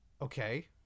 Okay